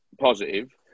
positive